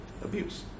abuse